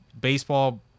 baseball